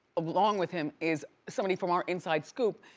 along with him is somebody from our inside scoop,